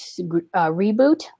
reboot